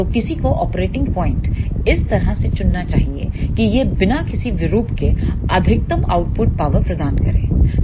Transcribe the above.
तो किसी को ऑपरेटिंग पॉइंट इस तरह से चुनना चाहिए कि यह बिना किसी विरूप के अधिकतम आउटपुट पावर प्रदान करे